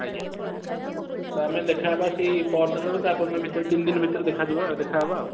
ଆଜ୍ଞା ତ ଆମେ ଦେଖା ହେବା ସେହି ପରଦିନରୁ ତା ପରଦିନ ଭିତରେ ତିନିଦିନ ଭିତରେ ଦେଖାଯିବ ଦେଖା ହେବା